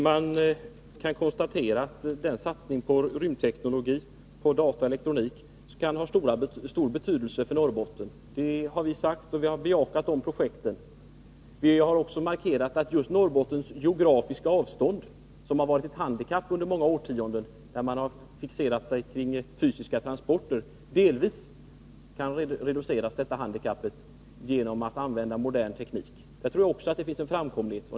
Man kan konstatera att satsningen på rymdteknologi, data och elektronik kan ha stor betydelse för Norrbotten. Det har vi sagt, och vi har bejakat de projekten. Vi har också markerat att det handikapp som Norrbottens geografiska avstånd har inneburit under många årtionden då man fixerat sig kring fysiska transporter delvis kan reduceras genom användandet av modern teknik. Där tror jag också att det finns en framkomlighet.